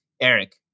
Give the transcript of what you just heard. Eric